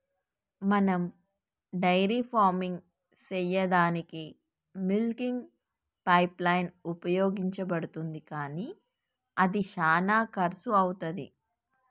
మనం dairy farming సెయ్యదానికీ milking pipeline ఉపయోగించబడుతుంది కానీ అది శానా కర్శు అవుతది